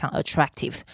attractive